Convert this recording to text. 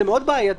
זה מאוד בעייתי.